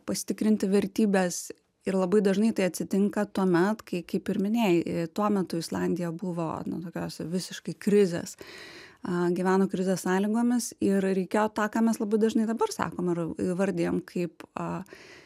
pasitikrinti vertybes ir labai dažnai tai atsitinka tuomet kai kaip ir minėjai tuo metu islandija buvo tokios visiškai krizės a gyveno krizės sąlygomis ir reikėjo tą ką mes labai dažnai dabar sakom ir įvardijam kaip a